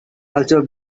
also